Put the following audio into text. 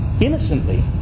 innocently